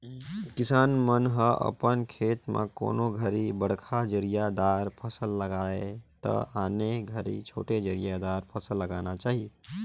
किसान मन ह अपन खेत म कोनों घरी बड़खा जरिया दार फसल लगाये त आने घरी छोटे जरिया दार फसल लगाना चाही